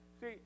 See